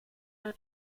der